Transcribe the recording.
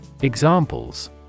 Examples